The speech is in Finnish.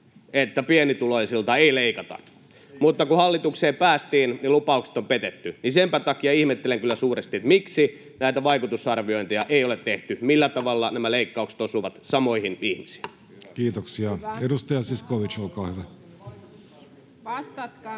että pienituloisilta ei leikata, mutta kun hallitukseen päästiin, niin lupaukset on petetty. Senpä takia ihmettelen kyllä suuresti, miksi näitä vaikutusarviointeja ei ole tehty siitä, millä tavalla nämä leikkaukset osuvat samoihin ihmisiin. [Speech 49] Speaker: Jussi Halla-aho Party: